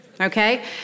okay